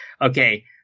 okay